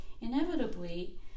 inevitably